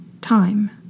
time